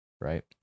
right